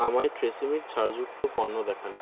আমায় ট্রেসিমির ছাড়যুক্ত পণ্য দেখান